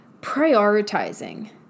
prioritizing